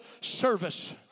service